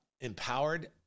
empowered